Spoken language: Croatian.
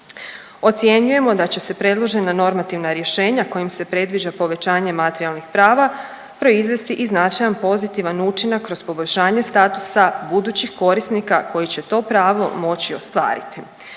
Ocjenjujemo da će se predložena normativna rješenja kojim se predviđa povećanje materijalnih prava proizvesti i značajan pozitivan učinak kroz poboljšanje statusa budućih korisnika koji će to pravo moći ostvariti.